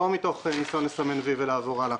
לא מתוך ניסיון לסמן וי ולעבור הלאה.